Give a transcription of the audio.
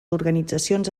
organitzacions